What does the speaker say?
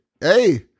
hey